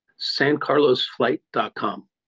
SanCarlosFlight.com